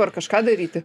ar kažką daryti